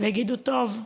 ויגידו: טוב,